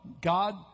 God